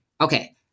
Okay